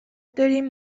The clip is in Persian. داریم